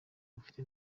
ufite